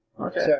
Okay